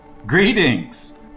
Greetings